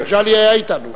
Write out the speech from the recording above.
מגלי היה אתנו.